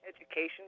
education